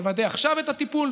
לוודא עכשיו את הטיפול,